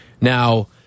Now